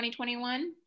2021